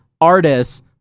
artists